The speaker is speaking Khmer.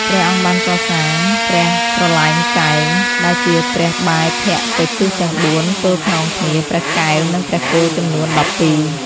ព្រះអង្គបានកសាង ព្រះត្រឡែងកែង ដែលជាព្រះបែរភក្ត្រទៅទិសទាំងបួនទល់ខ្នងគ្នា ព្រះកែវ និងព្រះគោចំនួន ១២។